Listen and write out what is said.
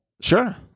Sure